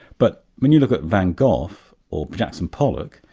but when you look ah van gough, or jackson pollock,